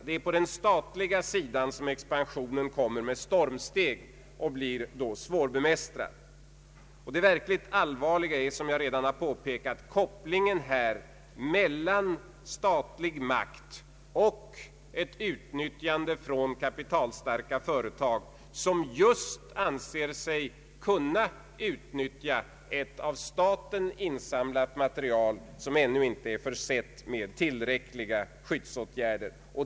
Det är på den statliga sidan som expansionen kommer med stormsteg och blir svårbemästrad. Det verkligt allvarliga är, som jag redan har påpekat, kopplingen här mellan statlig makt och ett utnyttjande från kapitalstarka företag, som just anser sig kunna begagna ett av staten insamlat material, vilket ännu inte är försett med = tillräckliga skyddsanordningar.